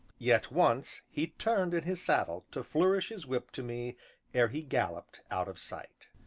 yet once he turned in his saddle to flourish his whip to me ere he galloped out of sight.